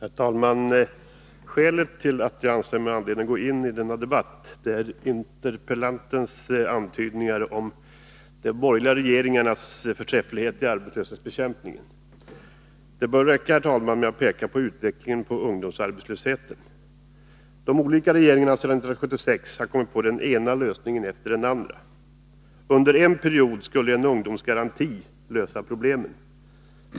Herr talman! Skälet till att jag anser mig ha anledning att gå in i denna debatt är interpellantens antydningar om de borgerliga regeringarnas förträfflighet i arbetslöshetsbekämpningen. Det bör räcka, herr talman, att peka på utvecklingen av ungdomsarbetslösheten. De olika regeringarna sedan 1976 har kommit på den ena lösningen efter den andra. Under en period skulle en ungdomsgaranti lösa problemen.